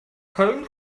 köln